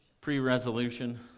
pre-resolution